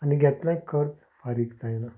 आनी घेतिल्ले कर्च फारीक जायना